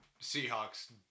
Seahawks